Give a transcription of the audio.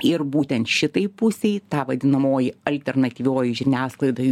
ir būtent šitai pusei ta vadinamoji alternatyvioji žiniasklaidai